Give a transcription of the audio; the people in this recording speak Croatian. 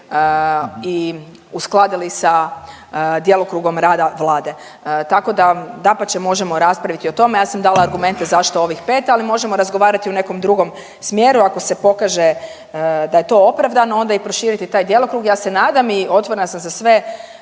i uskladili sa djelokrugom rada Vlade. Tako da dapače možemo raspraviti o tome. Ja sam dala argumente zašto ovih 5, ali možemo razgovarati u nekom drugom smjeru ako se pokaže da je to opravdano onda i proširiti taj djelokrug. Ja se nadam i otvorena sam za sve